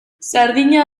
sardina